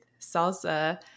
salsa